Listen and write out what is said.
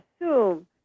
assume